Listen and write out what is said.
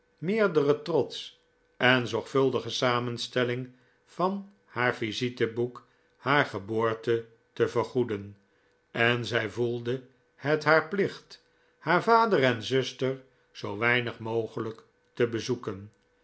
meerderen trots en zorgvuldige samenstelling van haar visite boek haar geboorte te vergoeden en zij voelde het haar plicht haar vader en zuster zoo weinig mogelijk te bezoeken